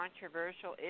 controversial